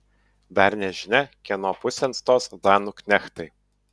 dar nežinia kieno pusėn stos danų knechtai